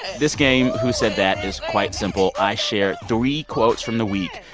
this game, who said that, is quite simple. i share three quotes from the week.